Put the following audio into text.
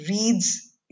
reads